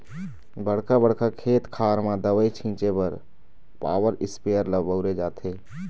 बड़का बड़का खेत खार म दवई छिंचे बर पॉवर इस्पेयर ल बउरे जाथे